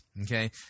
Okay